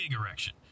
erection